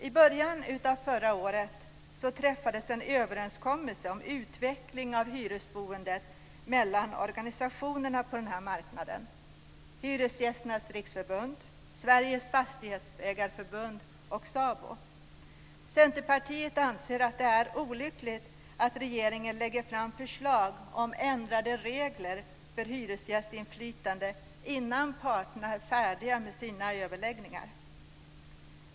I början av förra året träffades en överenskommelse om utveckling av hyresboendet mellan organisationerna på denna marknad - Hyresgästernas riksförbund, Sveriges fastighetsägarförbund och SABO. Centerpartiet anser att det är olyckligt att regeringen lägger fram förslag om ändrade regler för hyresgästinflytande innan parterna är färdiga med sina överläggningar.